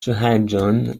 شوهرجان